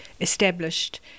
established